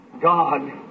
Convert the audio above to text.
God